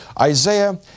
Isaiah